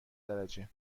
درجه